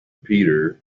peter